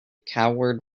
coward